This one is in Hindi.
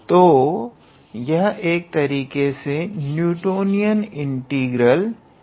तो यह एक तरीके से न्यूटोनियन इंटीग्रल है